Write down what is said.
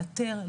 לאתר,